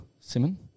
Simon